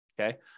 okay